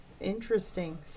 Interesting